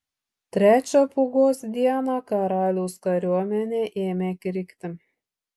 trečią pūgos dieną karaliaus kariuomenė ėmė krikti